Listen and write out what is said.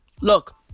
Look